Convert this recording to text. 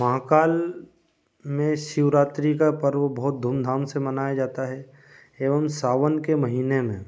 महाकाल में शिवरात्रि का पर्व बहुत धूमधाम से मनाया जाता है एवं सावन के महीने में